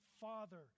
Father